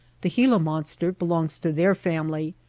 the gila monster belongs to their family,